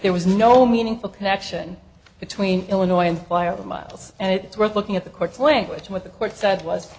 there was no meaningful connection between illinois and wire them miles and it's worth looking at the court's language what the court said was